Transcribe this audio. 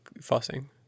fussing